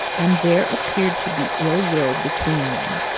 and there appeared to be ill will between them.